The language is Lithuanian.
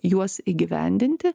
juos įgyvendinti